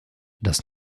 das